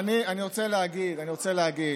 אני רוצה להגיד: